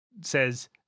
says